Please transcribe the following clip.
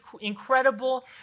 incredible